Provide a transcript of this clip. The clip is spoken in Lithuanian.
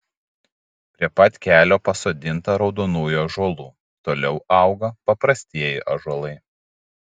prie pat kelio pasodinta raudonųjų ąžuolų toliau auga paprastieji ąžuolai